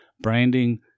branding